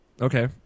Okay